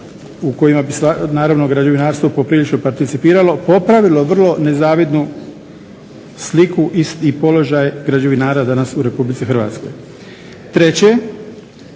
u kojima bi građevinarstvo poprilično participiralo popravilo vrlo nezavidnu sliku i položaj građevinara danas u RH. Treće,